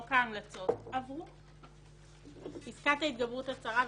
בואו, תפסיקו לספר סיפורים.